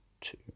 two